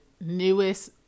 newest